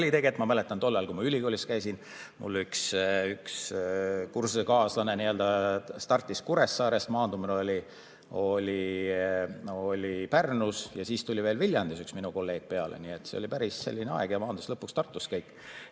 Ma mäletan, tol ajal, kui ma ülikoolis käisin, mul üks kursusekaaslane startis Kuressaarest, maandumine oli Pärnus ja siis tuli veel Viljandist üks minu kolleeg peale, see oli selline aeg, ja maandusid lõpuks Tartus kõik.